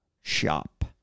shop